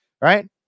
right